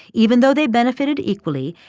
even though they benefited equally,